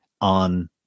on